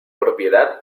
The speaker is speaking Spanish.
propiedad